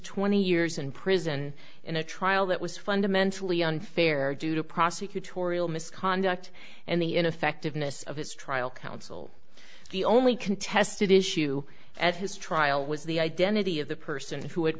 twenty years in prison in a trial that was fundamentally unfair due to prosecutorial misconduct and the ineffectiveness of his trial counsel the only contested issue at his trial was the identity of the person who had